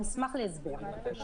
אני אשמח להסבר על זה.